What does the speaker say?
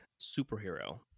superhero